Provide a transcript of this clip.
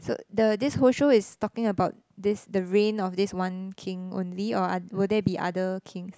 so the this whole show is talking about this the reign of this one king only or are will there be other kings